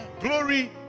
glory